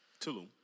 Tulum